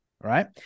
Right